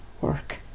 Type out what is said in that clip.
work